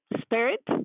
spirit